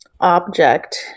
object